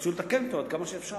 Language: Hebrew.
רצוי לתקן אותו עד כמה שאפשר.